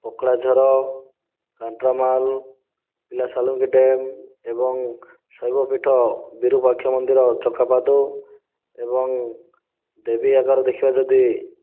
ପକଡ଼ାଝର ରଣ୍ଟରମାଲ୍ ପିଲାସାଲୁଙ୍କି ଡ୍ୟାମ ଏବଂ ଶୈବ ପୀଠ ବିରୁପାକ୍ଷ ମନ୍ଦିର ଚକାପାଦ ଏବଂ ଦେବି ଆଗର ଦେଖିବ ଯଦି